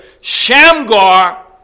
Shamgar